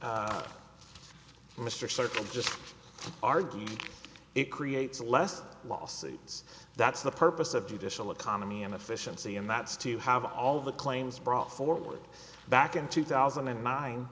mr circle just argue it creates less lawsuits that's the purpose of judicial economy and efficiency and that's to have all the claims brought forward back in two thousand and nine